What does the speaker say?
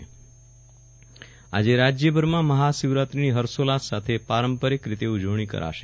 વિરલ રાણા રાજય મહાશિવરાત્રી આજે રાજયભરમાં મહાશિવરાત્રિની હર્ષોલ્લાસ સાથે પારંપારિક રીતે ઉજવણી કરાશે